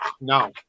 no